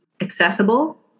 accessible